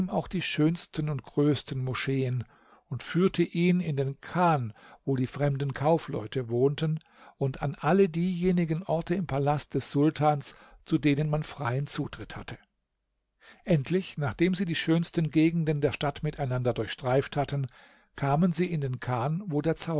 auch die schönsten und größten moscheen und führte ihn in den chan wo die fremden kaufleute wohnten und an alle diejenigen ort im palast des sultans zu denen man freien zutritt hatte endlich nachdem sie die schönsten gegenden der stadt miteinander durchstreift hatten kamen sie in den chan wo der